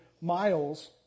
miles